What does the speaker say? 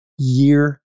Year